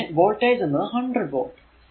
പിന്നെ വോൾടേജ് എന്നത് 100 വോൾട്